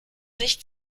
sich